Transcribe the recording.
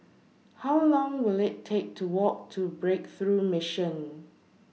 How Long Will IT Take to Walk to Breakthrough Mission